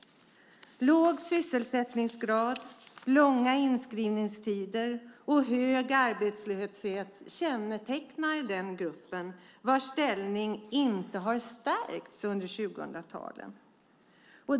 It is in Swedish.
Låg sysselsättningsgrad, långa inskrivningstider och hög arbetslöshet kännetecknar den gruppen, vars ställning inte har stärkts under 2000-talet.